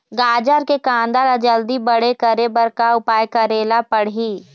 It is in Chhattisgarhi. गाजर के कांदा ला जल्दी बड़े करे बर का उपाय करेला पढ़िही?